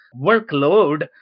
workload